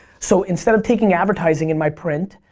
so instead of taking advertising in my print,